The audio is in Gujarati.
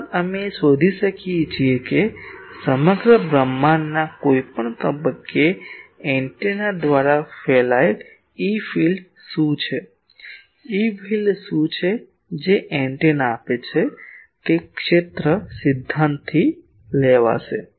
ઉપરાંત અમે એ શોધી શકશે કે સમગ્ર બ્રહ્માંડના કોઈપણ તબક્કે એન્ટેના દ્વારા ફેલાયેલ ઇ ફીલ્ડ્સ શું છે ઇ ફીલ્ડ શું છે જે એન્ટેના આપે છે તે ક્ષેત્ર સિદ્ધાંતથી આવશે